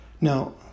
Now